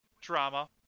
drama